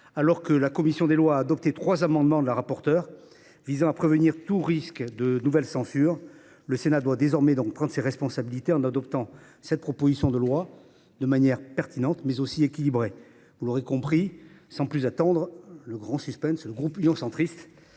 Alors que la commission des lois a adopté trois amendements de Mme la rapporteure visant à prévenir tout risque de nouvelle censure, le Sénat doit désormais prendre ses responsabilités, en adoptant cette proposition de loi pertinente et équilibrée. Vous l’aurez compris, sans suspense, le groupe Union Centriste